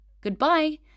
goodbye